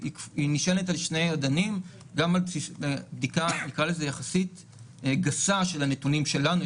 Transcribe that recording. היא נשענת על שני אדנים: גם על בדיקה גסה יחסית של הנתונים שלנו,